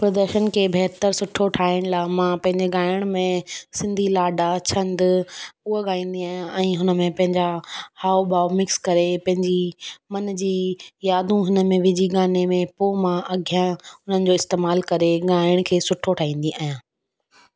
प्रदर्शन खे बहितर सुठो ठाहिण लाइ मां पंहिंजे ॻाइण में सिंधी लाॾा छंद उहे ॻाईंदी आहियां ऐं हुन में पंहिंजा हाव भाव मिक्स करे पंहिंजी मन जी यादूं हुन में विझी गाने में पोइ मां अॻियां हुननि जो इस्तेमाल करे ॻाइण खे सुठो ठाहींदी आहियां